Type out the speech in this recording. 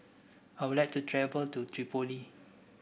I would like to travel to Tripoli